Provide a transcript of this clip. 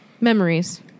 Memories